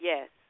Yes